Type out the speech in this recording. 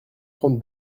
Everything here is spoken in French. trente